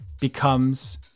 becomes